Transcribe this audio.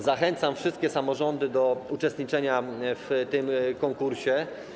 Zachęcam wszystkie samorządy do uczestniczenia w tym konkursie.